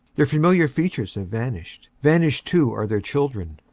their familiar features have vanished. vanished too are their children.